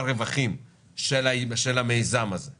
נתחלק חצי חצי ברווח בכל עסקה שתביאי